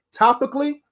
topically